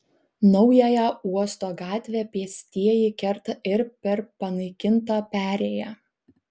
naująją uosto gatvę pėstieji kerta ir per panaikintą perėją